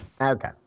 Okay